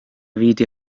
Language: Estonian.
viidi